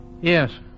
Yes